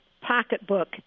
pocketbook